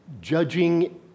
judging